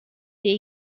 est